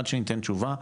עד שניתן תשובה,